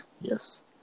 Yes